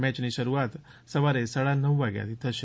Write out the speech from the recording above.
મેચની શરૃઆત સવારે સાડા નવ વાગ્યાથી થશે